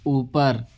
اوپر